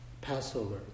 Passover